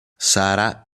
sara